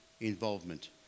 involvement